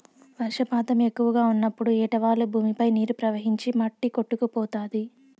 వర్షపాతం ఎక్కువగా ఉన్నప్పుడు ఏటవాలు భూమిపై నీరు ప్రవహించి మట్టి కొట్టుకుపోతాది